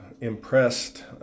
impressed